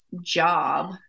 job